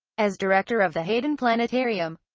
as director of the hayden planetarium,